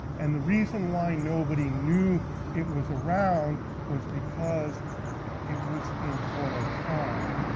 and the reason why nobody knew it was around was because it was in four oaks farm,